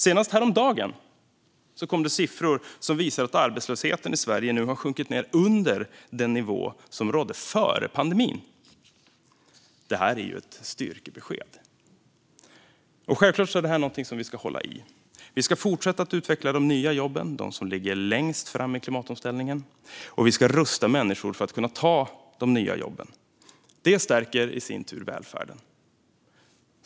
Senast häromdagen kom siffror som visar att arbetslösheten i Sverige nu har sjunkit ned under den nivå som rådde före pandemin. Det är ju ett styrkebesked. Och självklart är detta något som vi ska hålla i. Vi ska fortsätta att utveckla de nya jobben, de som ligger längst fram i klimatomställningen, och vi ska rusta människor för att kunna ta de nya jobben. Det stärker i sin tur välfärden.